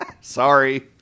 Sorry